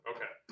Okay